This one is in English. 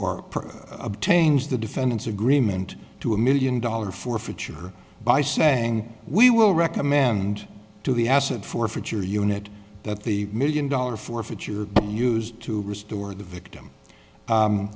or obtains the defendant's agreement to a million dollar forfeiture by saying we will recommend to the asset forfeiture unit that the million dollar forfeiture used to restore the victim